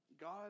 God